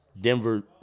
Denver